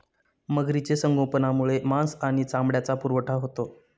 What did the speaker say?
मगरीचे संगोपनामुळे मांस आणि चामड्याचा पुरवठा होतो